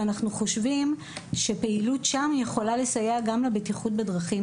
ואנחנו חושבים שפעילות שם יכולה לסייע גם לבטיחות בדרכים,